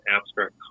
abstract